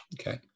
Okay